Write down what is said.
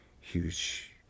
Huge